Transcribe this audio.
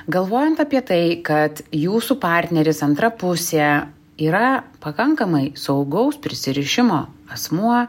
galvojant apie tai kad jūsų partneris antra pusė yra pakankamai saugaus prisirišimo asmuo